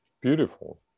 beautiful